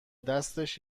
دستش